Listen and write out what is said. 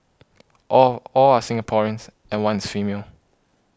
all all are Singaporeans and one is female